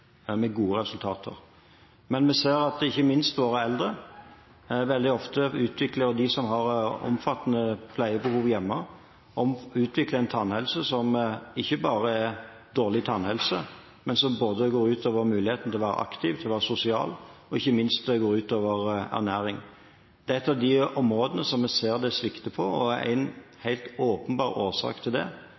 med gode resultater. Men vi ser at ikke minst våre eldre og de som har omfattende pleiebehov hjemme, veldig ofte utvikler en tannhelse som ikke bare er dårlig tannhelse, men som både går ut over muligheten til å være aktiv og til å være sosial og ikke minst går ut over ernæring. Det er ett av de områdene der vi ser det svikter, og en helt åpenbar årsak til det